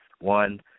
one